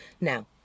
Now